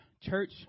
Church